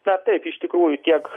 tą taip iš tikrųjų tiek